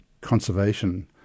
conservation